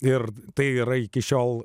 ir tai yra iki šiol